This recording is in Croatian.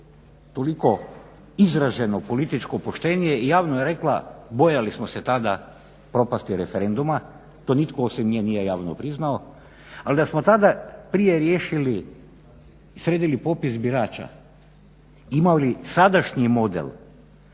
toliko izraženo političko poštenje i javno je rekla bojali smo se tada propasti referenduma, to nitko osim nje nije javno priznao. Ali da smo tada prije riješili, sredili popis birača, imali sadašnji model